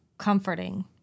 Comforting